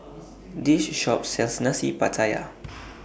This Shop sells Nasi Pattaya